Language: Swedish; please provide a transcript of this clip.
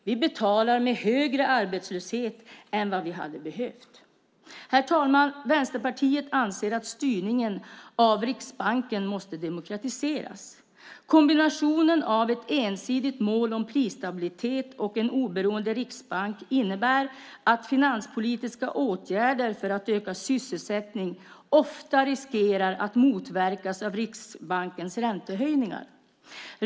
Vi betalar med en högre arbetslöshet än vad vi hade behövt. Herr talman! Vänsterpartiet anser att styrningen av Riksbanken måste demokratiseras. Kombinationen av ett ensidigt mål om prisstabilitet och en oberoende riksbank innebär att finanspolitiska åtgärder för att öka sysselsättning ofta riskerar att motverkas av Riksbankens räntehöjningar.